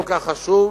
כל כך חשוב,